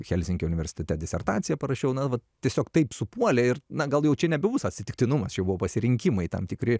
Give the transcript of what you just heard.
helsinkio universitete disertaciją parašiau na va tiesiog taip supuolė ir na gal jau čia nebebus atsitiktinumas jau buvo pasirinkimai tam tikri